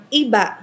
iba